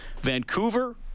Vancouver